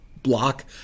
block